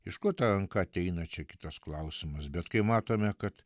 iš ko ta ranka ateina čia kitas klausimas bet kai matome kad